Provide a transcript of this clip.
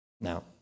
Now